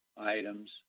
items